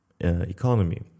economy